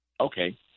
Okay